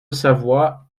savoie